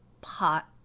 Pot